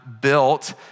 built